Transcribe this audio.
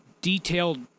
detailed